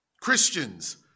Christians